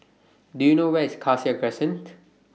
Do YOU know Where IS Cassia Crescent